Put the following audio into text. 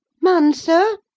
man, sir!